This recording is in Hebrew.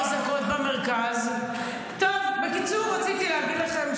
בני ברק, בת ים --- כנראה שהתימנים דואגים לך.